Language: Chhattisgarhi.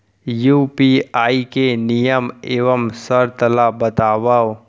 यू.पी.आई के नियम एवं शर्त ला बतावव